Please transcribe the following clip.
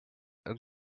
and